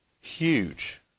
huge